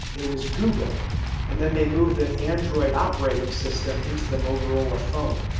it was google and then they move the android operating system into the motorola phone.